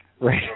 right